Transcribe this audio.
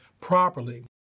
properly